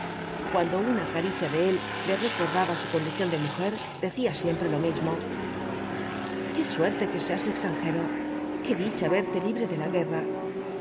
cuando una caricia de él le recordaba su condición de mujer decía siempre lo mismo qué suerte queseas extranjero qué dicha verte libre de la guerra